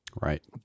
Right